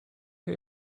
chi